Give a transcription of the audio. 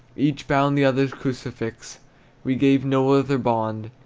each bound the other's crucifix we gave no other bond.